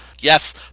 Yes